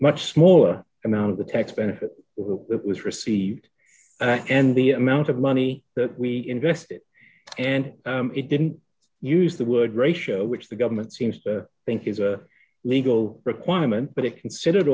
much smaller amount the tax benefit that was received and the amount of money that we invested and it didn't use the word ratio which the government seems to think is a legal requirement but it considered